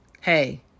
hey